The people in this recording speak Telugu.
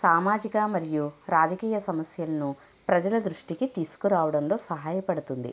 సామాజిక మరియు రాజకీయ సమస్యలను ప్రజల దృష్టికి తీసుకురావడంలో సహాయపడుతుంది